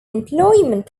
employment